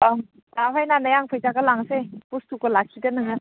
अं दा फैनानै आं फैसाखौ लांसै बुस्थुखौ लाखिदो नोङो